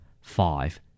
Five